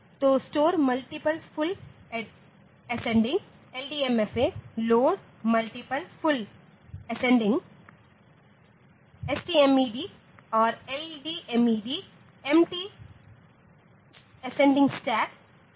तो store multiple full ascending LDMFA load multiple full ascending STMED और LDMED empty ascending stack के लिए